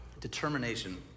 Determination